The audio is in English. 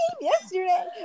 yesterday